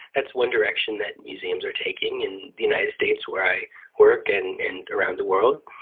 that's one direction that museums are taking in the united states where i work and and around the world.